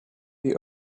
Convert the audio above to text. this